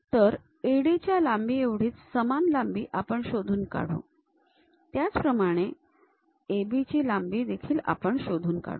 तर AD च्या लांबी एवढीच समान लांबी आपण शोधून काढू आणि त्याचप्रमाणे AB ची लांबी आपण शोधून काढू